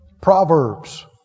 Proverbs